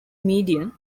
midian